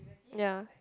ya